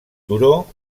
turó